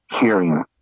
hearing